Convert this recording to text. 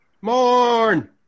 Morn